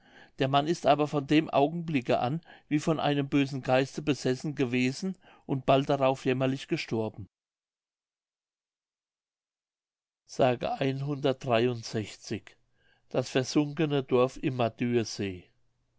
der mann ist aber von dem augenblicke an wie von einem bösen geiste besessen gewesen und bald darauf jämmerlich gestorben mündlich das versunkene dorf im